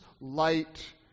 light